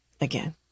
again